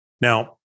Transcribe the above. Now